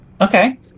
Okay